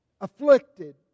afflicted